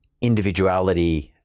individuality